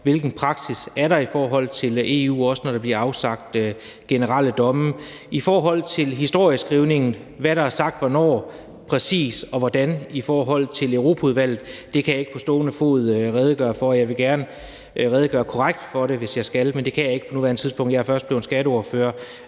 hvilken praksis der er i EU, også når der bliver afsagt generelle domme. I forhold til historieskrivningen – hvad der er sagt hvornår præcis og hvordan i Europaudvalget – kan jeg ikke på stående fod redegøre for det. Jeg vil gerne redegøre korrekt for det, hvis jeg skal, men det kan jeg ikke på nuværende tidspunkt. Jeg er først blevet skatteordfører